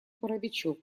паровичок